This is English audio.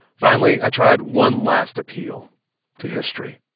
finally, i tried one last appeal to history.